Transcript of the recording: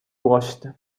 washed